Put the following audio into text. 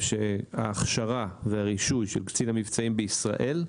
שההכשרה והרישוי של קצין המבצעים בישראל,